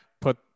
put